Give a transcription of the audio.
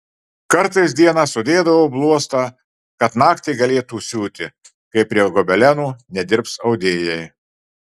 kartais dieną sudėdavo bluostą kad naktį galėtų siūti kai prie gobelenų nedirbs audėjai